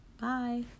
bye